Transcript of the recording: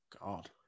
God